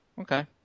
Okay